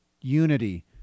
unity